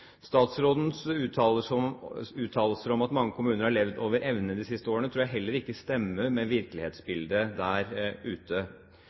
Statsrådens uttalelser om at mange kommuner har levd over evne de siste årene, tror jeg heller ikke stemmer med virkelighetsbildet der ute.